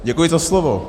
Děkuji za slovo.